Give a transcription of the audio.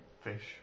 fish